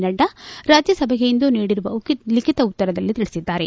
ನಡ್ಡಾ ರಾಜ್ಲಸಭೆಗಿಂದು ನೀಡಿರುವ ಲಿಖಿತ ಉತ್ತರದಲ್ಲಿ ತಿಳಿಸಿದ್ದಾರೆ